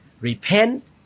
Repent